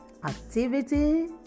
Activity